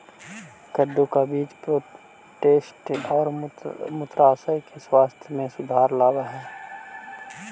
कद्दू का बीज प्रोस्टेट और मूत्राशय के स्वास्थ्य में सुधार लाव हई